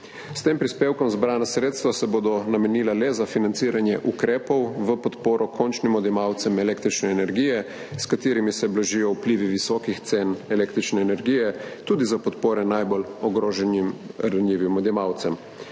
S tem prispevkom zbrana sredstva se bodo namenila le za financiranje ukrepov v podporo končnim odjemalcem električne energije, s katerimi se blažijo vplivi visokih cen električne energije, tudi za podpore najbolj ogroženim ranljivim odjemalcem.